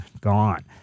gone